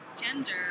gender